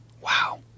Wow